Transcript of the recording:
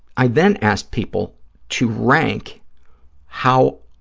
i then asked people to rank how